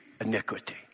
iniquity